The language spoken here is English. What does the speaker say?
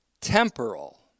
temporal